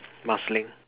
Marsiling